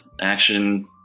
Action